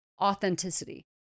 authenticity